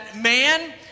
man